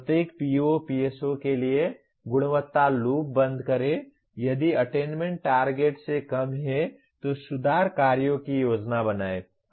प्रत्येक PO PSO के लिए गुणवत्ता लूप बंद करें यदि अटेन्मेन्ट टारगेट से कम है तो सुधार कार्यों की योजना बनाएं